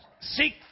Seek